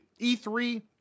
E3